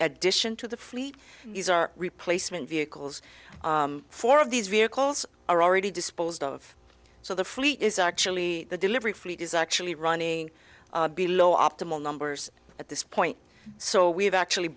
addition to the fleet these are replacement vehicles four of these vehicles are already disposed of so the fleet is actually the delivery fleet is actually running below optimal numbers at this point so we've actually